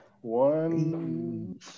One